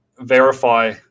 verify